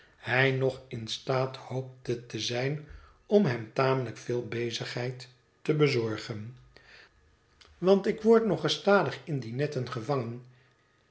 hij nog in staat hoopte te zijn om hem tamelijk veel bezigheid te bezorgen want ik word nog gestadig in die netten gevangen